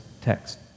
text